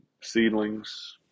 seedlings